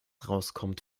rauskommt